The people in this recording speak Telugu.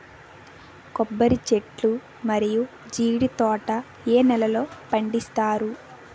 కొబ్బరి చెట్లు మరియు జీడీ తోట ఏ నేలల్లో పండిస్తారు?